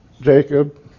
Jacob